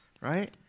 Right